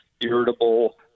irritable